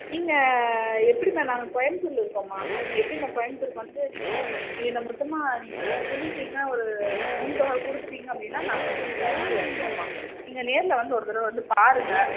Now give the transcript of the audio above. நீங்கள் எப்படிம்மா நாங்கள் கோயம்புத்தூரில் இருக்கோம்மா நீங்கள் எப்படிம்மா கோயம்புத்தூருக்கு வந்து நீங்கள் நீங்கள் மொத்தமாக நீங்கள் சொல்லிவிட்டீங்க ஒரு முன்தொகை கொடுத்துட்டீங்க அப்படின்னா நாங்கள் உங்களுக்கு அனுப்பி வச்சுருவோம்மா நீங்கள் நேரில் வந்து ஒரு தடவை வந்து பாருங்க